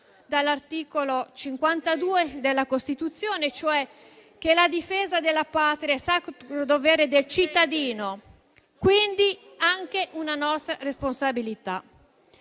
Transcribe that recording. dall'articolo 52 della Costituzione, cioè che la difesa della Patria è sacro dovere del cittadino, quindi anche una nostra responsabilità.